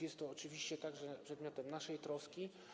Jest to oczywiście także przedmiotem naszej troski.